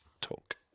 talk